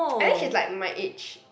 I think she's like my age